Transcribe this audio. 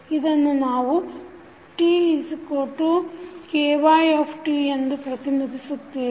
ಇದನ್ನು ನಾವು tKyt ಎಂದು ಪ್ರತಿನಿಧಿಸುತ್ತೇವೆ